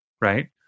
right